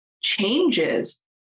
changes